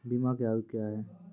बीमा के आयु क्या हैं?